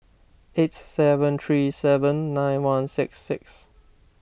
eight seven three seven nine one six six